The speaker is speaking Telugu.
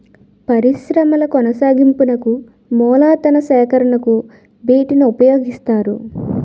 పరిశ్రమల కొనసాగింపునకు మూలతన సేకరణకు వీటిని ఉపయోగిస్తారు